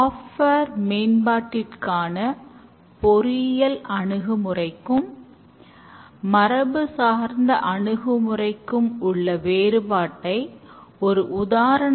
code மதிப்பீடானது ஒரு நல்ல செயல்முறை என ஆராய்ச்சி முடிவுகள் கூறுகின்றன